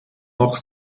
noch